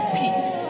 peace